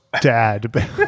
dad